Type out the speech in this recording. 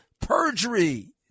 perjury